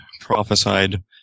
prophesied